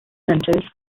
centres